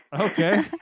Okay